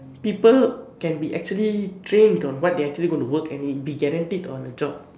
people can be actually trained on what they actually going to work and be guaranteed on a job